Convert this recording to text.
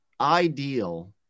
ideal